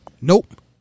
Nope